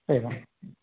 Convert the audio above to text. एवं